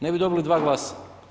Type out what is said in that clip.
Ne bi dobili dva glasa.